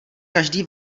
každý